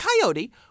Coyote